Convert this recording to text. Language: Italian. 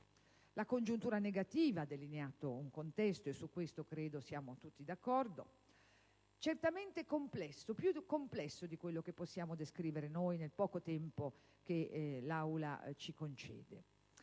La congiuntura negativa ha delineato un contesto - e su questo penso siamo tutti concordi - certamente più complesso di quello che possiamo descrivere nel poco tempo che ci viene concesso